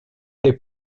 est